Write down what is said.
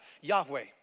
Yahweh